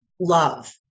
love